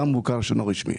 גם מוכר שאינו רשמי.